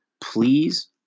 Please